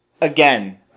again